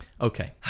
okay